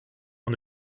und